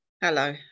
hello